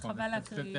חבל להקריא פסקה-פסקה.